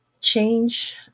Change